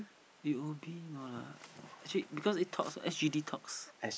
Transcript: U_O_B no lah actually because it talks S_G_D talks